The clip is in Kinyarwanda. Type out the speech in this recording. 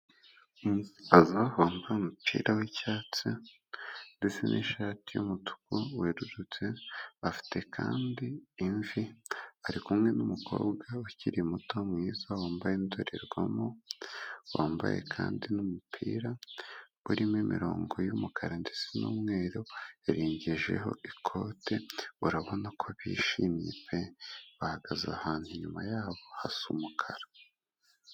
Umusaza wambaye umupira w'icyatsi, ndetse n'ishati y'umutuku werurutse, afite kandi imvi, ari kumwe n'umukobwa ukiri muto mwiza, wambaye indorerwamo, wambaye kandi n'umupira urimo imirongo y'umukara ndetse n'umweru yarengejeho ikote, urabona ko bishimye pe! bahagaze ahantu inyuma yabo hasa umukara.